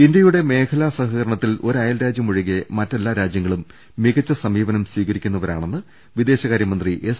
ഇന്ത്യയുടെ മേഖലാ സഹകരണത്തിൽ ഒരു അയൽരാജ്യം ഒഴികെ മറ്റെല്ലാ രാജ്യങ്ങളും മികച്ച സമീപനം സ്വീകരി ക്കുന്നവരാണെന്ന് വിദേശകാര്യ മന്ത്രി എസ്